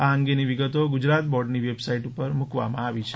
આ અંગેની વિગતો ગુજરાત બોર્ડની વેબસાઇટ ઉપરમ મૂકવામાં આવી છે